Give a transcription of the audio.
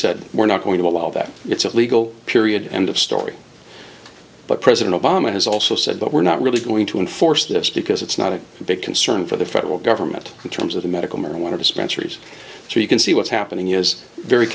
said we're not going to allow that it's illegal period end of story but president obama has also said but we're not really going to enforce this because it's not a big concern for the federal government in terms of the medical marijuana dispensaries so you can see what's happening is very